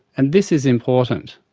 and this is important.